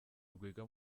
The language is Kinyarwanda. rwiga